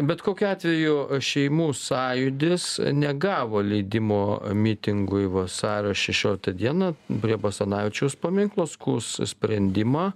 bet kokiu atveju šeimų sąjūdis negavo leidimo mitingui vasario šešioliktą dieną prie basanavičiaus paminklo skųs sprendimą